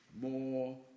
more